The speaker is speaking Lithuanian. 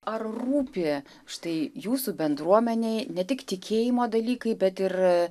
ar rūpi štai jūsų bendruomenei ne tik tikėjimo dalykai bet ir